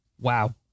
Wow